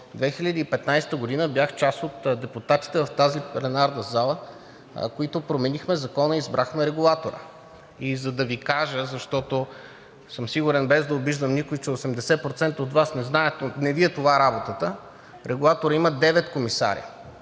2015 г. бях част от депутатите в тази пленарна зала, които променихме закона и избрахме регулатора. И да Ви кажа, защото съм сигурен, без да обиждам никого, че 80% от Вас не знаят, но не Ви е това работата. Регулаторът има девет комисари.